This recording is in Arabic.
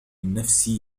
نفسي